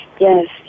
Yes